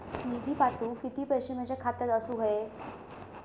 निधी पाठवुक किती पैशे माझ्या खात्यात असुक व्हाये?